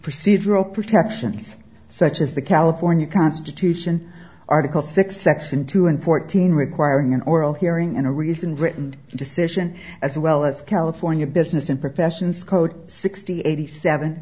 procedural protections such as the california constitution article six section two and fourteen requiring an oral hearing and a reason written decision as well as california business in professions code sixty eighty seven